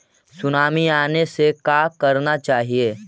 Tsunami आने से का करना चाहिए?